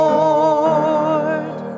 Lord